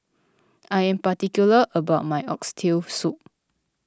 I am particular about my Oxtail Soup